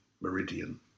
Meridian